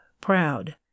proud